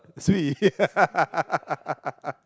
swee